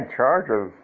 charges